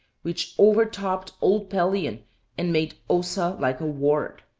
which o'ertopped old pelion and made ossa like a wart